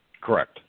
Correct